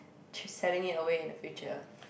just selling it away in the future